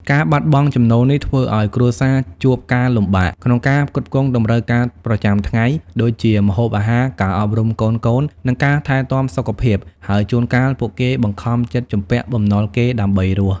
ការបាត់បង់ចំណូលនេះធ្វើឱ្យគ្រួសារជួបការលំបាកក្នុងការផ្គត់ផ្គង់តម្រូវការប្រចាំថ្ងៃ ដូចជាម្ហូបអាហារ ការអប់រំកូនៗ និងការថែទាំសុខភាព ហើយជួនកាលពួកគេបង្ខំចិត្តជំពាក់បំណុលគេដើម្បីរស់។